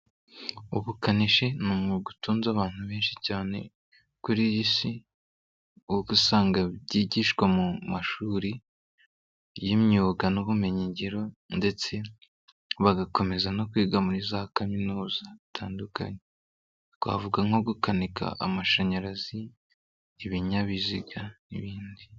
Ubukanishi n'umwuga utunze abantu benshi cyane kuri iy'isi ugasanga byigishwa mu mashuri y'imyuga n'ubumenyi ngiro ndetse bagakomeza no kwiga muri za kaminuza zitandukanye twavuga nko gukanika amashanyarazi, ibinyabiziga n'ibindi.